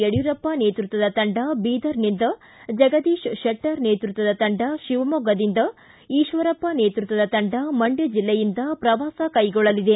ಯಡ್ಕೂರಪ್ಪ ನೇತೃತ್ವದ ತಂಡ ಬೀದರ್ನಿಂದ ಜಗದೀಶ್ ಶೆಟ್ಟರ್ ನೇತೃತ್ವದ ತಂಡ ಶಿವಮೊಗ್ಗದಿಂದ ಈಶ್ವರಪ್ಪ ನೇತೃತ್ವದ ತಂಡ ಮಂಡ್ಕ ಜಿಲ್ಲೆಯಿಂದ ಪ್ರವಾಸ ಕೈಗೊಳ್ಳಲಿದೆ